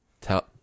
Tell